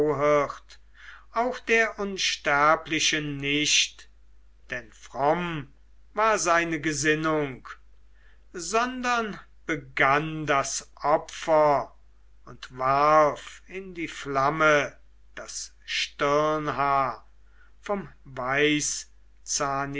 auch der unsterblichen nicht denn fromm war seine gesinnung sondern begann das opfer und warf in die flamme das stirnhaar vom